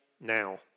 now